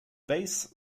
base